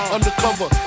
Undercover